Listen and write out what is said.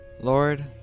Lord